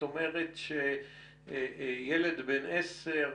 את אומרת שילד בן 10,